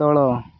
ତଳ